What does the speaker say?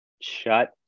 Shut